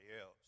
else